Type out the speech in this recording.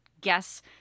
guess